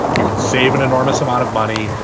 you can save an enormous amount of money.